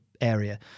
area